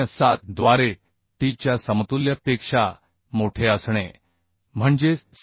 707 द्वारे t च्या समतुल्य पेक्षा मोठे असणे म्हणजे 6